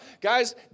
Guys